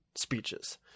speeches